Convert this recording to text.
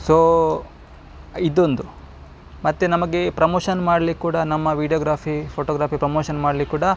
so ಇದೊಂದು ಮತ್ತೆ ನಮಗೆ ಪ್ರಮೋಷನ್ ಮಾಡ್ಲಿಕ್ಕೆ ಕೂಡ ನಮ್ಮ ವೀಡಿಯೋಗ್ರಾಫಿ ಫೋಟೋಗ್ರಾಫಿ ಪ್ರಮೋಷನ್ ಮಾಡ್ಲಿಕ್ಕೆ ಕೂಡ